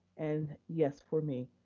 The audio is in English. and yes for me.